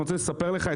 אני רוצה לספר לך,